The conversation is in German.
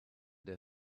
der